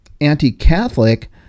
anti-Catholic